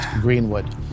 Greenwood